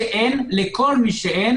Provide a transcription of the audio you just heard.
לכל מי שאין